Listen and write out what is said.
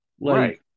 Right